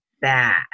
bad